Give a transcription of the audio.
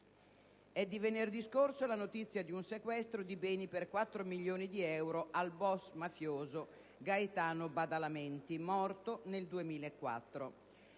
È di venerdì scorso la notizia di un sequestro di beni per 4 milioni di euro al boss mafioso Gaetano Badalamenti, morto nel 2004.